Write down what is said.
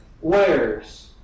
wears